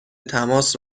تماس